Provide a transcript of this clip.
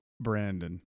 Brandon